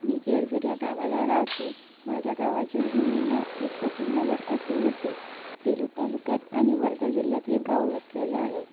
मी केळजर या गावाला राहते माझ्या गावाचे जुने नाव एकचक्रीनगर असे होते सेलु तालुक्यात आणि वर्धा जिल्ह्यात हे गाव वसलेलं आहे